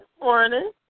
morning